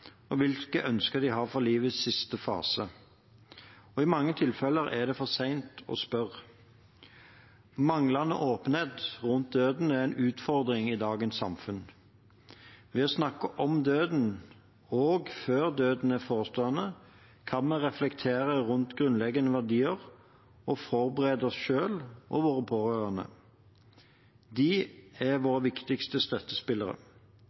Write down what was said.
og hvilke ønsker de har for livets siste fase. I mange tilfeller er det for sent å spørre. Manglende åpenhet rundt døden er en utfordring i dagens samfunn. Ved å snakke om døden, også før døden er forestående, kan vi reflektere rundt grunnleggende verdier og forberede oss selv og våre pårørende. De er våre viktigste støttespillere.